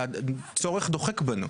והצורך דוחק בנו.